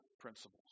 principles